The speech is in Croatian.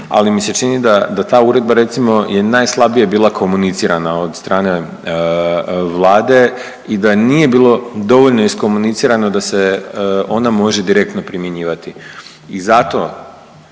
ali mi se čini da ta uredba, recimo je najslabije bila komunicirana od strane Vlade i da nije bilo dovoljno iskomunicirano da se ona može direktno primjenjivati.